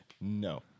No